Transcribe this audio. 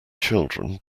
children